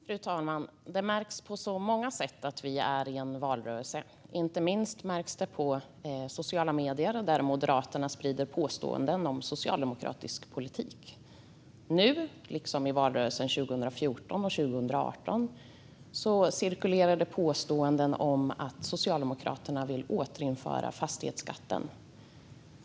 Fru talman! Det märks på så många sätt att vi är i en valrörelse. Inte minst märks det i sociala medier där Moderaterna sprider påståenden om socialdemokratisk politik. Nu, liksom i valrörelsen 2014 och 2018, cirkulerar påståenden om att Socialdemokraterna vill återinföra fastighetsskatten.